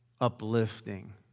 uplifting